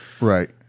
right